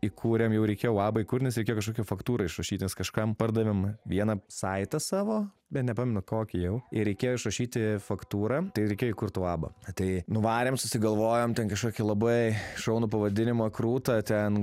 įkūrėm jau reikėjo uabą įkurt nes reikėjo kažkokią faktūrą išrašyt nes kažkam pardavėm vieną saitą savo bet nepamenu kokį jau ir reikėjo išrašyti faktūrą tai reikia įkurt uabą tai nuvarėm susigalvojom ten kažkokį labai šaunų pavadinimą krūtą ten